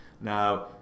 Now